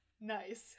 Nice